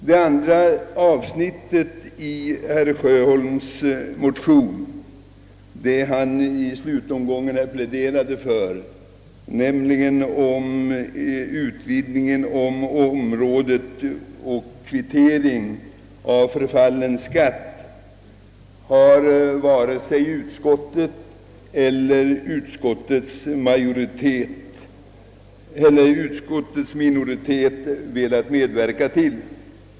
Det andra avsnittet i herr Sjöholms motion, vilket han i slutomgången pläderade för, gäller en utvidgning av området för kvittning av förfallna skatter. Detta har varken utskottets majoritet eller dess minoritet velat medverka till.